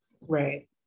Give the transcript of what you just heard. Right